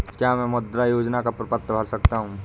क्या मैं मुद्रा योजना का प्रपत्र भर सकता हूँ?